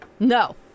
No